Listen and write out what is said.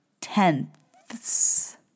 tenths